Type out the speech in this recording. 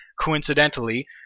coincidentally